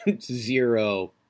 zero